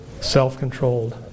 self-controlled